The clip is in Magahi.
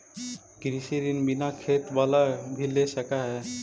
कृषि ऋण बिना खेत बाला भी ले सक है?